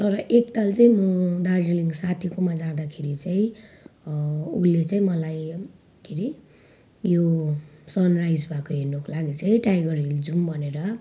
तर एकताल चाहिँ म दार्जिलिङ साथीकोमा जाँदाखेरि चाहिँ उसले चाहिँ मलाई के अरे यो सन राइज भएको हेर्नुको लागि चाहिँ टाइगर हिल जाऊँ भनेर